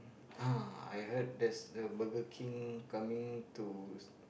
uh I heard that's a Burger-King coming to